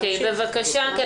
אם תרצי, נמשיך.